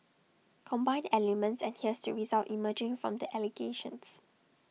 combine the elements and here's the result emerging from the allegations